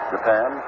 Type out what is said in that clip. Japan